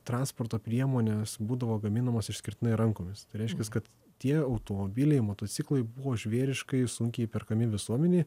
transporto priemonės būdavo gaminamos išskirtinai rankomis tai reiškias kad tie automobiliai motociklai buvo žvėriškai sunkiai įperkami visuomenei